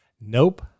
Nope